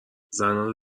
زنها